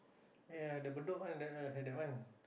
ya the Bedok one the the that one